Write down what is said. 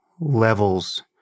levels